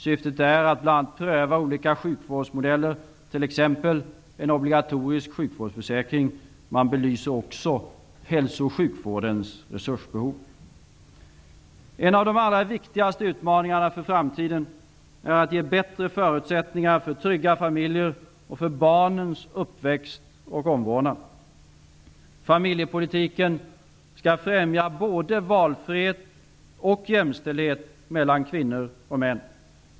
Syftet är bl.a. att pröva olika sjukvårdsmodeller, exempelvis en obligatorisk sjukvårdsförsäkring. Utredningen skall också belysa hälso och sjukvårdens resursbehov. En av de allra viktigaste utmaningarna för framtiden är att ge bättre förutsättningar för trygga familjer och för barnens uppväxt och omvårdnad. Familjepolitiken skall främja både valfrihet och jämställdhet mellan kvinnor och män.